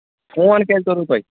phone کیٛازِ کوٚروٕ تۄہہِ